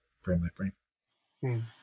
frame-by-frame